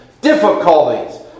difficulties